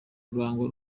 kurangwa